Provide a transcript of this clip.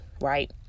right